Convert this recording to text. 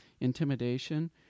intimidation